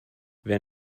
wer